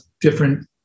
different